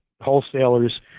wholesalers